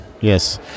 Yes